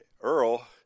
Earl